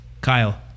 Kyle